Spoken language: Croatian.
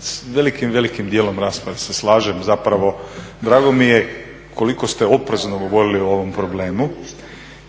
s velikim, velikim dijelom rasprave se slažem, zapravo drago mi je koliko ste oprezno govorili o ovom problemu